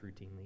routinely